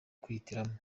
kwihitiramo